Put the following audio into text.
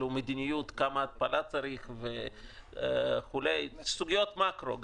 אלא אפילו מדיניות: כמה התפלה צריך וכו' סוגיות מקרו.